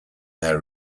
their